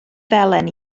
felen